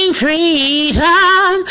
freedom